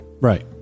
Right